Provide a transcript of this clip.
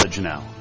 Now